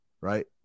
right